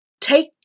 take